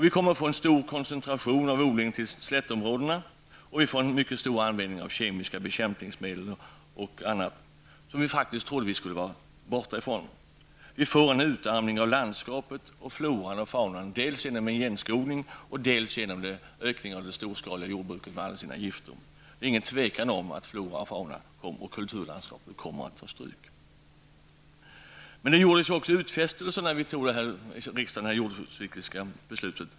Vi kommer att få en stark koncentration av odlingen till de stora slättområdena och en mycket stor användning av kemiska bekämpningsmedel och annat som vi faktiskt trodde att vi hade kommit bort ifrån. Vi får en utarmning av landskapet samt av floran och faunan dels på grund av igenskogning, dels genom ökningen av det storskaliga jordbruket med alla dess gifter. Det är inget tvivel om att floran och faunan och kulturlandskapet kommer att ta stryk. Men det gjordes också utfästelser när riksdagen fattade det jordbrukspolitiska beslutet.